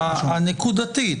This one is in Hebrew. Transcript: הנקודתית.